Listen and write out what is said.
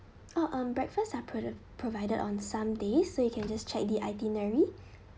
orh um breakfast are pro~ provided on sunday so you can just check the itinerary